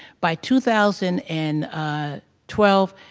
by two thousand and twelve,